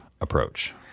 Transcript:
approach